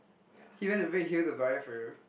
he went to Redhill to buy it for you